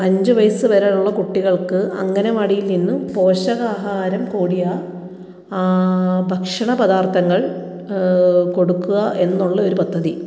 അഞ്ചു വയസ്സുവരെയുള്ള കുട്ടികൾക്കു അംഗനവാടിയിൽ നിന്നും പോഷക ആഹാരം കൂടിയ ഭക്ഷണ പദാർത്ഥങ്ങൾ കൊടുക്കുക എന്നുള്ള ഒരു പദ്ധതി